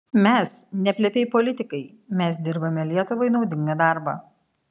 mes ne plepiai politikai mes dirbame lietuvai naudingą darbą